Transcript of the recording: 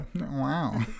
Wow